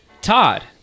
Todd